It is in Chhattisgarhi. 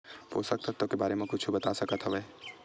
पोषक तत्व के बारे मा कुछु बता सकत हवय?